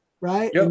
right